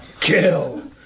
Kill